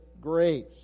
grace